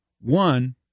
One